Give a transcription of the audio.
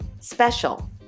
special